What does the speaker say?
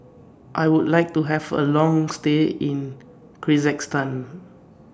I Would like to Have A Long stay in Kyrgyzstan